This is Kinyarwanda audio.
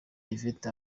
yvette